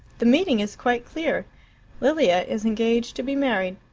the meaning is quite clear lilia is engaged to be married.